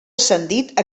ascendit